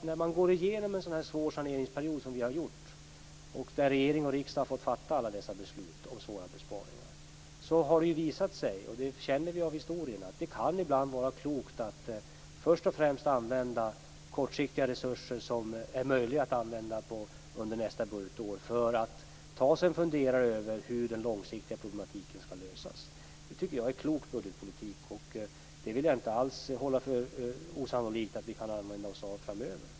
När man går igenom en så svår saneringsperiod som vi har gjort - regering och riksdag har fått fatta alla dessa beslut om svåra besparingar - visar det sig att det ibland kan vara klokt att först och främst använda kortsiktiga resurser som är möjliga att använda under nästkommande budgetår för att kunna ta sig en funderare över hur den långsiktiga problematiken skall lösas. Det känner vi till från historien. Det tycker jag är klok budgetpolitik. Jag vill inte alls hålla för osannolikt att vi kan använda oss av det framöver.